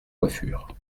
coiffure